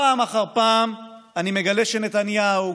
ופעם אחר פעם אני מגלה שנתניהו,